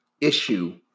issue